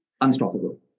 unstoppable